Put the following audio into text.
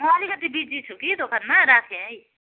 म अलिकति बिजी छु कि दोकानमा राखेँ है